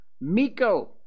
Miko